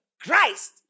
Christ